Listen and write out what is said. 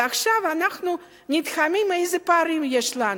ועכשיו אנחנו נדהמים איזה פערים יש לנו.